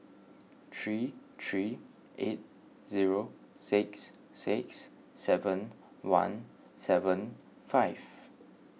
three three eight zero six six seven one seven five